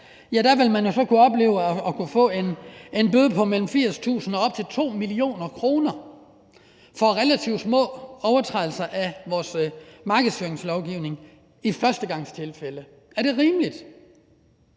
Der vil man kunne opleve at få en bøde på mellem 80.000 kr. og op til 2 mio. kr. for relativt små overtrædelser af vores markedsføringslovgivning i førstegangstilfælde. Er det rimeligt?